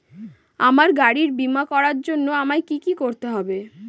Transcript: আমার গাড়ির বীমা করার জন্য আমায় কি কী করতে হবে?